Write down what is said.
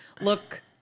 look